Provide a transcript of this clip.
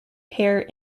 pear